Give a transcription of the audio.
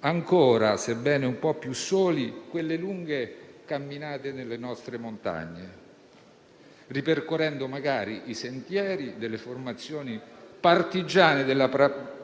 ancora, sebbene un po' più soli, quelle lunghe camminate nelle nostre montagne, ripercorrendo magari i sentieri delle formazioni partigiane della